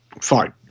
Fine